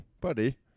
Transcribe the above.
buddy